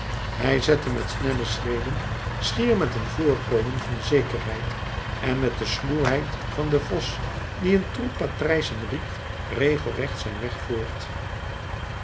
hij zette met snelle schreden schier met een voorkomen van zekerheid en met de sluwheid van den vos die een troep patrijzen riekt regelrecht zijn weg voort